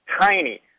Tiny